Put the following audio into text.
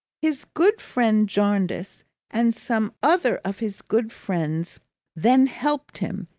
his good friend jarndyce and some other of his good friends then helped him,